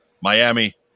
Miami